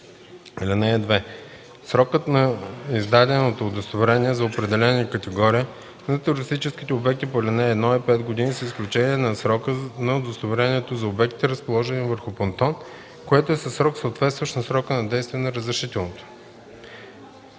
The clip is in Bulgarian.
4. (2) Срокът на издаденото удостоверение за определена категория на туристическите обекти по ал. 1 е 5 години с изключение на срока на удостоверението за обектите, разположени върху понтон, което е със срок, съответстващ на срока на действие на разрешителното.